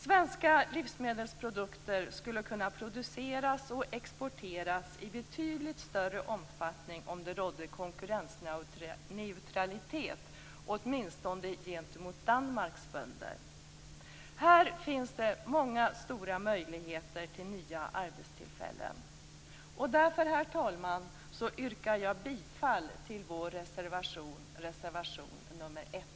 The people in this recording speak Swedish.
Svenska livsmedelsprodukter skulle kunna produceras och exporteras i betydligt större omfattning om det rådde konkurrensneutralitet åtminstone gentemot Danmarks bönder. Här finns det många stora möjligheter till nya arbetstillfällen. Därför, herr talman yrkar jag bifall till vår reservation, reservation nr 1.